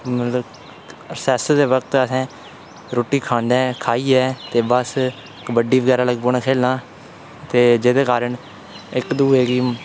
मतलब रेसेस दे वक्त असें रुट्टी खाइयै ते बस कबड्डी बगैरा लग्गी पौने खेढना ते जेह्दे कारण इक दूए गी